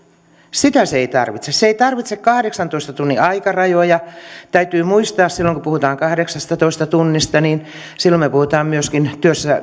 sitä siihen ei tarvita siihen ei tarvita kahdeksantoista tunnin aikarajoja täytyy muistaa että silloin kun puhumme kahdeksastatoista tunnista silloin me puhumme myöskin